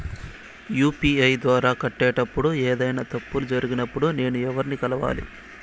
UPI ద్వారా కట్టేటప్పుడు ఏదైనా తప్పులు జరిగినప్పుడు నేను ఎవర్ని కలవాలి?